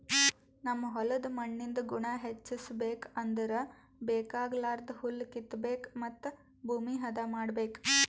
ನಮ್ ಹೋಲ್ದ್ ಮಣ್ಣಿಂದ್ ಗುಣ ಹೆಚಸ್ಬೇಕ್ ಅಂದ್ರ ಬೇಕಾಗಲಾರ್ದ್ ಹುಲ್ಲ ಕಿತ್ತಬೇಕ್ ಮತ್ತ್ ಭೂಮಿ ಹದ ಮಾಡ್ಬೇಕ್